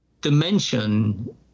dimension